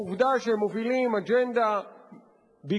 העובדה שהם מובילים אג'נדה ביקורתית,